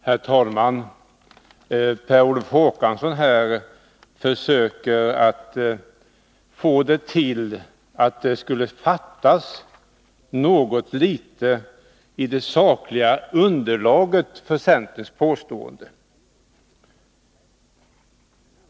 Herr talman! Per Olof Håkansson försöker få det till att det skulle fattas något i det sakliga underlaget för centerns påståenden.